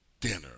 dinner